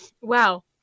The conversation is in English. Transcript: Wow